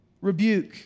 rebuke